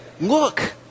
look